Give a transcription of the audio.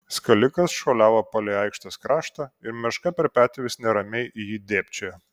skalikas šuoliavo palei aikštės kraštą ir meška per petį vis neramiai į jį dėbčiojo